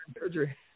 surgery